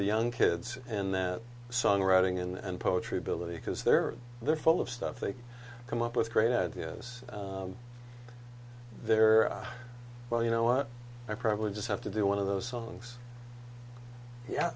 the young kids in their songwriting and poetry ability because they're they're full of stuff they come up with great ideas they're well you know what i probably just have to do one of those songs yeah